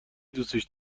دوسش